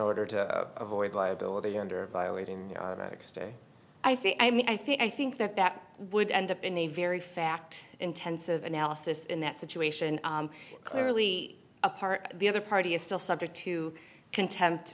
order to avoid liability under violating i think i mean i think i think that that would end up in the very fact intensive analysis in that situation clearly a part the other party is still subject to conte